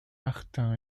martin